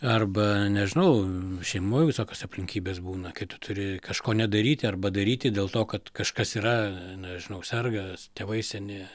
arba nežinau šeimoj visokios aplinkybės būna kai tu turi kažko nedaryti arba daryti dėl to kad kažkas yra nežinau serga tėvai seni